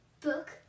Book